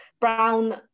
brown